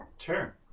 Sure